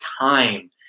time